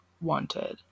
wanted